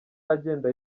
agenda